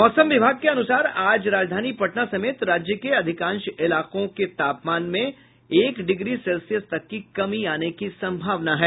मौसम विभाग के अनुसार आज राजधानी पटना समेत राज्य के अधिकांश इलाकों के तापमान में आज भी एक डिग्री सेल्सियस की कमी आने की संभावना है